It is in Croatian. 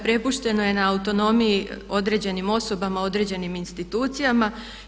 Prepušteno je na autonomiji određenim osobama, određenim institucijama.